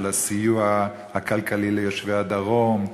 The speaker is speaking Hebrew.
של הסיוע הכלכלי ליושבי הדרום,